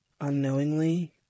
unknowingly